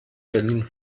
berlin